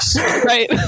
right